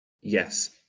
Yes